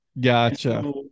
Gotcha